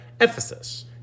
Ephesus